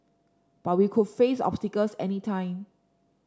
but we could face obstacles any time